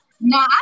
No